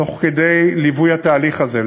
תוך כדי ליווי התהליך הזה,